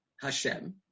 Hashem